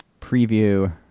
preview